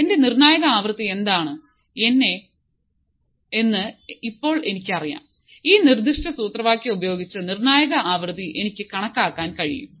എന്റെ നിർണ്ണായക ആവൃത്തി എന്താണ് എന്ന് ഇപ്പോൾ എനിക്കറിയാം ഈ നിർദ്ദിഷ്ട സൂത്രവാക്യം ഉപയോഗിച്ച് നിർണ്ണായക ആവൃത്തി എനിക്ക് കണക്കാക്കാൻ കഴിയും